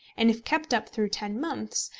and if kept up through ten months,